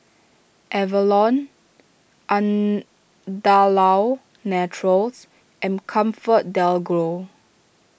Avalon Andalou Naturals and ComfortDelGro